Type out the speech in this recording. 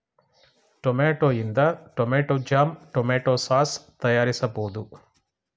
tomato ಇಂದ tomato jam, tomato sauce ತಯಾರಿಸಬೋದು